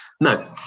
no